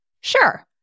Sure